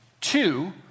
Two